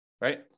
right